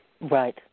Right